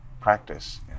practice